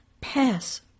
pass